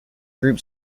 group